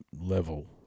level